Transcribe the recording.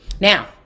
Now